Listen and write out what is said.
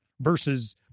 versus